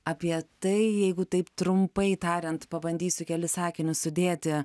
apie tai jeigu taip trumpai tariant pabandysiu kelis sakinius sudėti